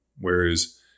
whereas